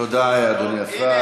תודה, אדוני השר.